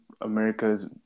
America's